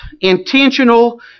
intentional